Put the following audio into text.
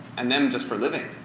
and them, just for living,